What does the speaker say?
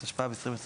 התשפ"ב-2021,